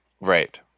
Right